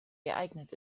geeignet